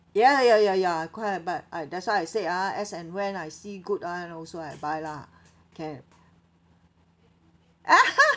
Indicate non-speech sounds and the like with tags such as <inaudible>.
ya ya ya ya quite but I that's why I say ah as and when I see good ah and also I buy lah can <laughs>